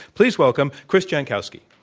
please welcome chris jankowski.